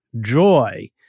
joy